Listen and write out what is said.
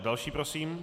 Další prosím.